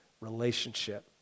relationship